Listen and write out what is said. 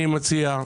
אני מציע,